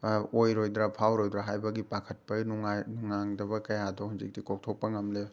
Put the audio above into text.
ꯑꯣꯏꯔꯣꯏꯗ꯭ꯔꯥ ꯐꯥꯎꯔꯣꯏꯗ꯭ꯔꯥ ꯍꯥꯏꯕꯒꯤ ꯄꯥꯈꯠꯄ ꯅꯨꯡꯉꯥꯏ ꯅꯨꯡꯅꯥꯡꯗꯕ ꯀꯌꯥꯗꯣ ꯍꯧꯖꯤꯛꯇꯤ ꯀꯣꯛꯊꯣꯛꯄ ꯉꯝꯂꯦ